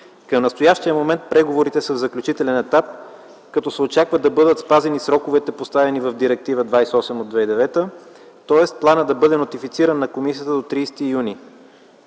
Към настоящия момент преговорите са в заключителен етап, като се очаква да бъдат спазени сроковете, поставени в Директива 28 от 2009 г. Тоест планът да бъде нотифициран на комисията до 30 юни.